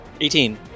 18